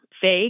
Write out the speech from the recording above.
fake